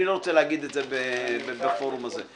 אני לא רוצה להגיד את זה בפורום הזה.